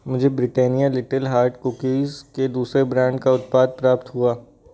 मुझे Britannia little heart cookies के दूसरे ब्रांड का उत्पाद प्राप्त हुआ